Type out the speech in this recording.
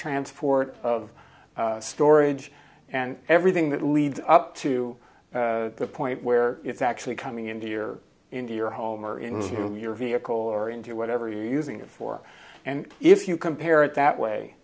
transport of storage and everything that leads up to the point where it's actually coming into your into your home or in this room your vehicle or into whatever you're using it for and if you compare it that way